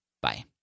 Bye